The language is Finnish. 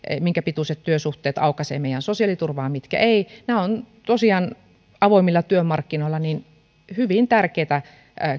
minkä pituiset työsuhteet aukaisevat meidän sosiaaliturvaamme mitkä eivät nämä ovat tosiaan avoimilla työmarkkinoilla hyvin tärkeitä